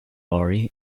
lorry